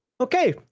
okay